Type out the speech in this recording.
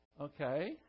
Okay